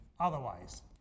Otherwise